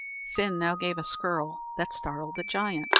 fin now gave a skirl that startled the giant,